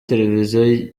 televiziyo